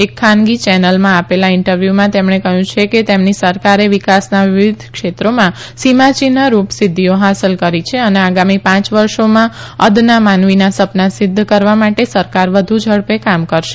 એક ખાનગી ચેનલમાં આપેલા ઈન્ટરવ્યુમાં તેમણે કહયું છે કે તેમની સરકારે વિકાસના વિવિધ ક્ષેત્રોમાં સીમાયિન્ઠ રૂપ સિપ્ધઓ હાંસલ કરી છે અને આગામી પાંચ વર્ષોમાં અદના માનવીના સપના સિધ્ધ કરવા માટે સરકાર વધુ ઝડપે કામ કરશે